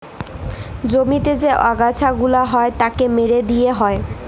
জমিতে যে আগাছা গুলা হ্যয় তাকে মেরে দিয়ে হ্য়য়